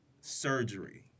surgery